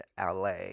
la